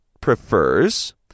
prefers